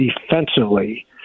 defensively